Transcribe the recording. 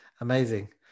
Amazing